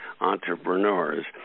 entrepreneurs